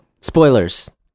spoilers